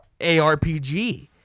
ARPG